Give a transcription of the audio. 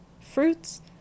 fruits